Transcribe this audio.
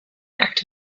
act